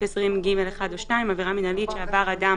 20ג(1) או (2) עבירה מינהלית שעבר אדם